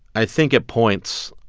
i think at points,